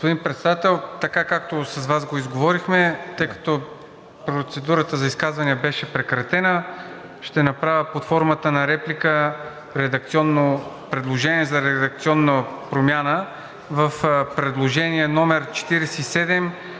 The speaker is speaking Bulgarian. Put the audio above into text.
Господин Председател, така както с Вас го изговорихме, тъй като процедурата за изказвания беше прекратена, ще направя под формата на реплика редакционно предложение за редакционна промяна в предложение №